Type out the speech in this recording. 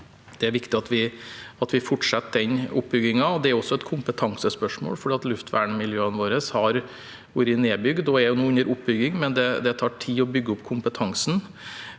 Det er viktig at vi fortsetter den oppbyggingen. Det er også et kompetansespørsmål, for luftvernmiljøene våre har vært nedbygd. De er nå under oppbygging, men det tar tid å bygge opp kompetansen.